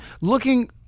looking